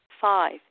Five